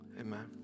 Amen